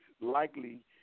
Likely